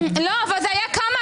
מי נגד?